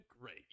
great